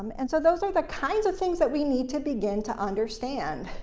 and so those are the kinds of things that we need to begin to understand.